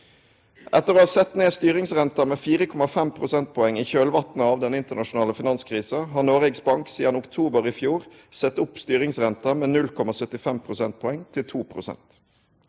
Etter å ha sett ned styringsrenta med 4,5 prosentpoeng i kjølvatnet av den internasjonale finanskrisa har Noregs Bank sidan oktober i fjor sett opp styringsrenta med 0,75 prosentpoeng, til 2 pst.